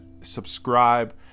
subscribe